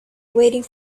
waiting